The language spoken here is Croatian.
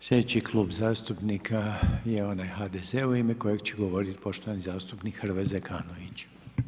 Sljedeći je Klub zastupnika je onaj HDZ-a u ime kojeg će govoriti poštovani zastupnik Hrvoje Zekanović.